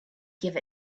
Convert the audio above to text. give